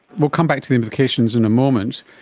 we'll come back to the implications in a moment,